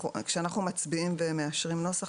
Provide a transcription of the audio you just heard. כשאנחנו מצביעים ומאשרים נוסח,